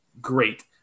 great